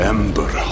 Ember